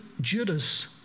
Judas